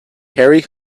harry